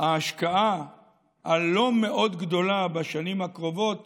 השקעה לא מאוד גדולה בשנים הקרובות